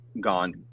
gone